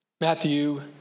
Matthew